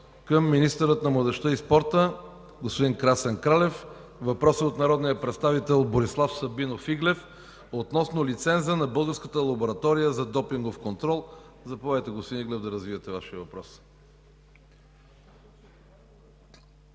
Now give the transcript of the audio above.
към министъра на младежта и спорта господин Красен Кралев. Въпросът е от народния представител Борислав Сабинов Иглев относно лиценза на Българската лаборатория за допингов контрол. Заповядайте, господин Иглев, да развиете Вашия въпрос.